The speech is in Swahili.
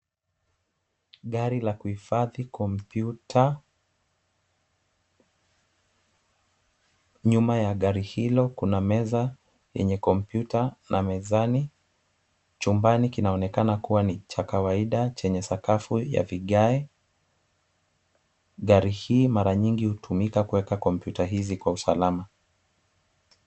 Gari la kuhifadhi kompyuta, nyuma ya gari hilo kuna meza, yenye kompyuta na mezani, chumbani kinaonekana kuwa ni cha kawaida, chenye sakafu ya vigae. Gari hili mara nyingi hutumika kuweka kompyuta hizi kwa usalama.